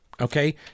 Okay